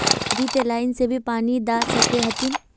अभी ते लाइन से भी पानी दा सके हथीन?